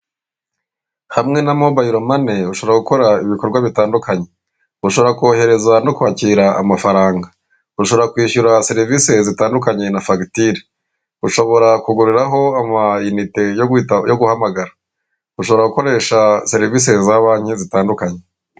Hamwe na mobayile mane ushobora gukora ibikorwa bitandukanye, urashobora kohereza no kwakira amafaranga, ushobora kwishyura serivisi zitandukanye na fagitire, ushobora kuguriraho amayite yo guhamagara, urashobora gukoresha serivisi za banki zitandukanye.